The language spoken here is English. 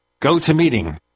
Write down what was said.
GoToMeeting